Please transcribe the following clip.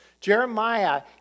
Jeremiah